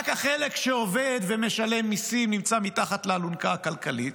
רק החלק שעובד ומשלם מיסים נמצא מתחת לאלונקה הכלכלית,